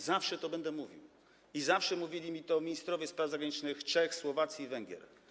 Zawsze to będę mówił i zawsze mówili mi to ministrowie spraw zagranicznych Czech, Słowacji i Węgier.